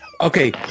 Okay